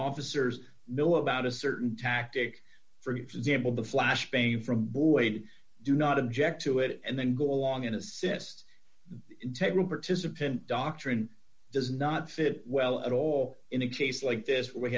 officers will about a certain tactic for example the flashbang from boyd do not object to it and then go along and assist the integra participant doctrine does not fit well at all in a case like this w